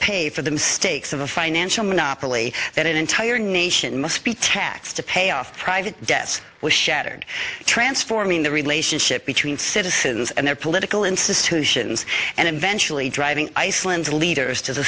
pay for the mistakes of a financial monopoly that an entire nation must be taxed to pay off private debts was shattered transforming the relationship between citizens and their political institutions and eventually driving iceland's leaders to the